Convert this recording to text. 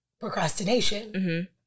procrastination